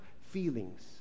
feelings